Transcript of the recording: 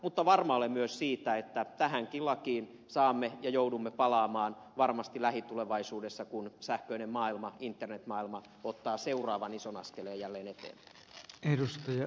mutta varma olen myös siitä että tähänkin lakiin saamme palata ja joudumme palaamaan varmasti lähitulevaisuudessa kun sähköinen maailma internet maailma ottaa seuraavan ison askelen jälleen eteenpäin